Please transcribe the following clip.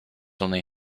only